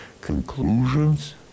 Conclusions